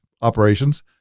operations